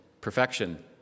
Perfection